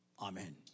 Amen